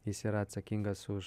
jis yra atsakingas už